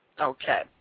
Okay